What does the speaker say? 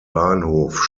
bahnhof